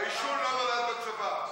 העישון לא נולד בצבא.